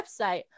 website